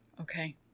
Okay